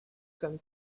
comme